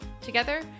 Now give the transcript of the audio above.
Together